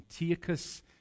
Antiochus